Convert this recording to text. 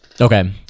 Okay